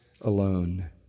alone